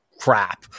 crap